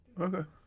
Okay